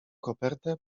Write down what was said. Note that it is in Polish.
kopertę